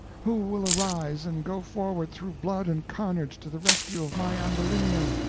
who will arise and go forward through blood and carnage to the rescue of my ambulinia?